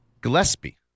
Gillespie